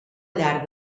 llar